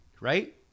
right